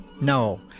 No